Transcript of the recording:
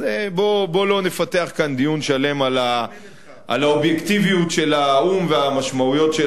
אז בוא לא נפתח כאן דיון שלם על האובייקטיביות של האו"ם והמשמעויות של